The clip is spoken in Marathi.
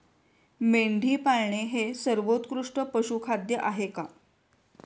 मेंढी पाळणे हे सर्वोत्कृष्ट पशुखाद्य आहे का?